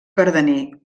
cardener